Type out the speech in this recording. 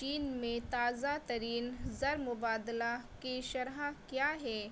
چین میں تازہ ترین زرمبادلہ کی شرح کیا ہے